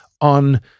on